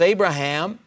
Abraham